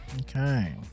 Okay